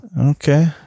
Okay